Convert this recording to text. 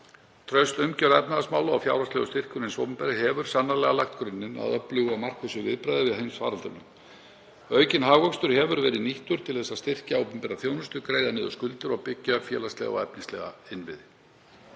Traust umgjörð efnahagsmála og fjárhagslegur styrkur hins opinbera hefur sannarlega lagt grunninn að öflugu og markvissu viðbragði við heimsfaraldrinum. Aukinn hagvöxtur hefur verið nýttur til að styrkja opinbera þjónustu, greiða niður skuldir og byggja upp félagslega og efnislega innviði.